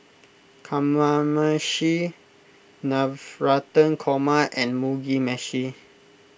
Kamameshi Navratan Korma and Mugi Meshi